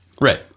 Right